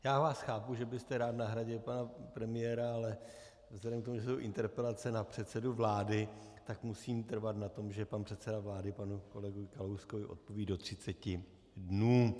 Já vás chápu, že byste rád nahradil pana premiéra, ale vzhledem k tomu, že jsou to interpelace na předsedu vlády, tak musím trvat na tom, že pan předseda vlády panu kolegovi Kalouskovi odpoví do třiceti dnů.